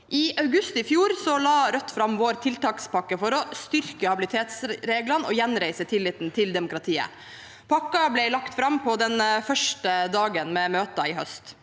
I august i fjor la Rødt fram sin tiltakspakke for å styrke habilitetsreglene og gjenreise tilliten til demokratiet. Pakken ble lagt fram på den første dagen med møter i høst,